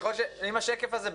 השקף הזה,